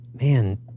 man